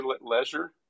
Leisure